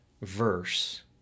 verse